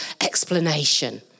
explanation